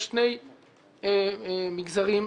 יש שני מגזרים נוספים,